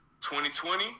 2020